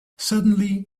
suddenly